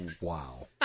Wow